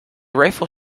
rifle